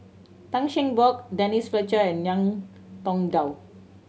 Tan Cheng Bock Denise Fletcher and Ngiam Tong Dow